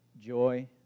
joy